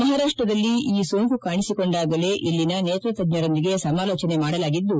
ಮಹಾರಾಪ್ಷದಲ್ಲಿ ಈ ಸೋಂಕು ಕಾಣಿಸಿಕೊಂಡಾಗಲೇ ಇಲ್ಲಿನ ನೇತ್ರ ತಜ್ಞರೊಂದಿಗೆ ಸಮಾಲೋಚನೆ ಮಾಡಲಾಗಿದ್ದು